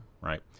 right